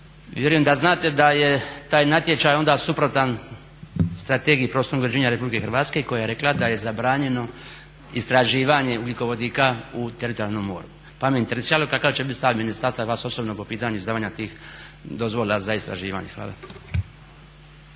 vjerujem da znate da je taj natječaj onda suprotan Strategiji prostornog uređenja Republike Hrvatske koja je rekla da je zabranjeno istraživanje istraživanje ugljikovodika u teritorijalnom moru pa me interesiralo kakav će biti stav ministarstva i vas osobno po pitanju izdavanja tih dozvola za istraživanje? Hvala.